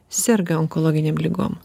serga onkologinėm ligom